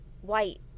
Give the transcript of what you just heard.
white